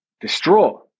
distraught